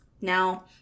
Now